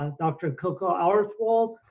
ah dr. coco auerswald,